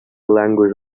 language